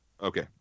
Okay